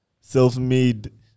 self-made